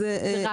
זה החיצוני.